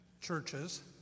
churches